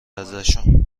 ازشون